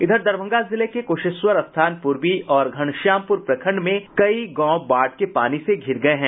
इधर दरभंगा जिले के कुशेश्वर स्थान पूर्वी और घनश्यामपुर प्रखंड में कई गांव बाढ़ के पानी से घिर गये हैं